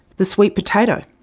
the sweet potato.